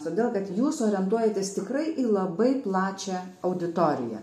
todėl kad jūs orientuojatės tikrai į labai plačią auditoriją